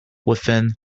within